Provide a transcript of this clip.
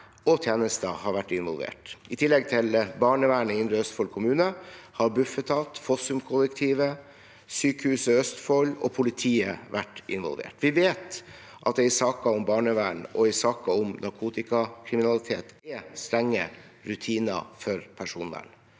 og tjenester har vært involvert. I tillegg til barnevernet i Indre Østfold kommune har Bufetat, Fossumkollektivet, Sykehuset Østfold og politiet vært involvert. Vi vet at det i saker om barnevern og i saker om narkotikakriminalitet er strenge rutiner for personvern.